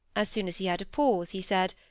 as soon as he had a pause, he said,